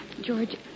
George